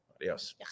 Adios